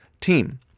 team